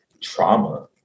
trauma